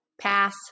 Pass